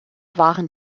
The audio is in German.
waren